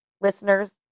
listeners